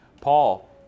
Paul